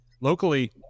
locally